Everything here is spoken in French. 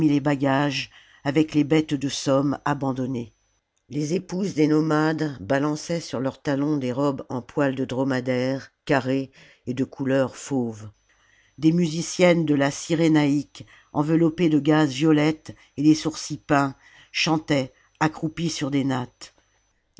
les bagages avec les bêtes de somme abandonnées les épouses des nomades balançaient sur leurs talons des robes en poil de dromadaire carrées et de couleur fauve dès musiciennes de la cjrénaïque enveloppées de gazes violettes et les sourcils peints chantaient accroupies sur des nattes